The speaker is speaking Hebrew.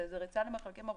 זה ריצה למרחקים ארוכים,